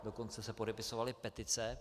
Dokonce se podepisovaly petice.